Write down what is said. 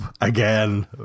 again